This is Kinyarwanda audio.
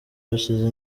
hashize